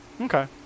Okay